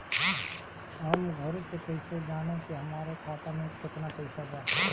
हम घरे से कैसे जानम की हमरा खाता मे केतना पैसा बा?